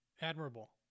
admirable